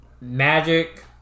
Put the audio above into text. Magic